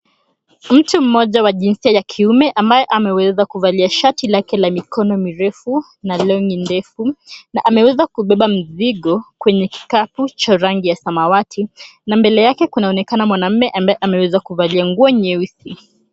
Mtu mmoja wa jinsia ya kiume ambaye ameweza kuvalia shati lake la mikono mirefu na long'i ndefu na ameweza kubeba mzigo kwenye kikapu cha rangi ya samawati na mbele yake kunaonekana mwanamme ambaye ameweza kuvalia nguo nyeusi.